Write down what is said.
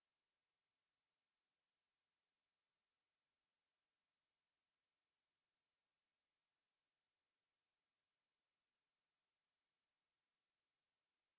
a